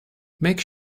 make